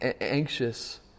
anxious